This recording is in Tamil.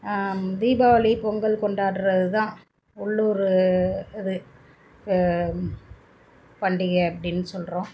தீபாவளி பொங்கல் கொண்டாடுறதுதான் உள்ளூர் இது பண்டிகை அப்டின்னு சொல்கிறோம்